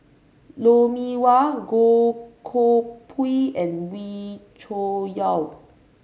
Lou Mee Wah Goh Koh Pui and Wee Cho Yaw